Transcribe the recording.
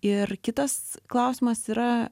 ir kitas klausimas yra